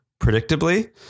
predictably